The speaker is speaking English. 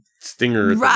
stinger